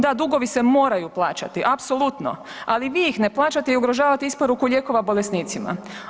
Da, dugovi se moraju plaćati apsolutno ali vi ih ne plaćate i ugrožavate isporuku lijekova bolesnicima.